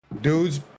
dudes